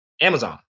Amazon